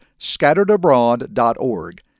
scatteredabroad.org